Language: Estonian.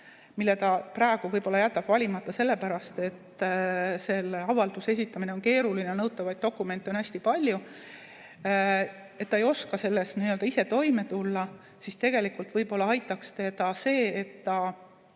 mille ta praegu jätab võib-olla valimata sellepärast, et selle avalduse esitamine on keeruline, nõutavaid dokumente on hästi palju, ta ei oska sellega ise toime tulla, siis tegelikult võib-olla aitaks teda see, et ta